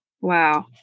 Wow